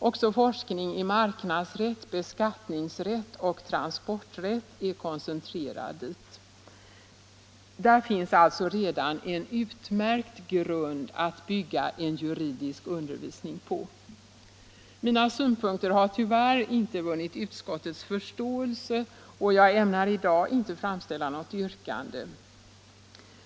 Också forskning i marknadsrätt, beskattningsrätt och transporträtt är koncentrerad dit. Där finns alltså redan en utmärkt grund att bygga en juridisk undervisning på. Mina synpunkter har tyvärr inte vunnit utskottets förståelse, och jag ämnar i dag inte framställa något yrkande.